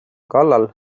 kallal